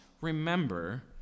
remember